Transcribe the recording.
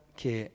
che